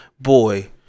Boy